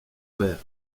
père